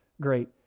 great